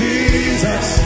Jesus